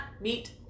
meet